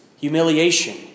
humiliation